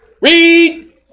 Read